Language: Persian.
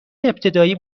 ابتدایی